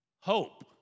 hope